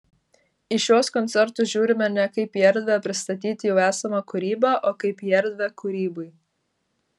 į šiuos koncertus žiūrime ne kaip į erdvę pristatyti jau esamą kūrybą o kaip į erdvę kūrybai